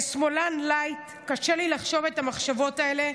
כשמאלן לייט קשה לי לחשוב את המחשבות האלה,